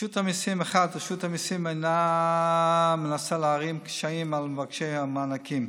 רשות המיסים איננה מנסה להערים קשיים על מבקשי המענקים.